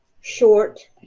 short